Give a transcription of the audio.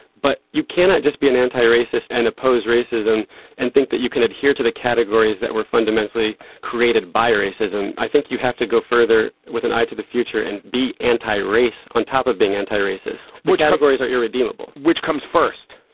but you cannot just be an anti-racist and oppose racism and think that you can adhere to the categories that we're fundamentally created by racism. i think you have to go further with an eye to the future and be anti-racist. on top of being anti-racist. which categories are irredeemable. which comes first.